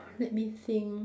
let me think